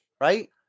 right